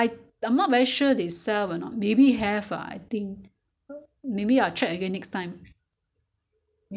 um 我没有去很多通常就是去这边的这个附近的 lor 这边的巴刹